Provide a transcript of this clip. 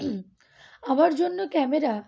আমার জন্য ক্যামেরা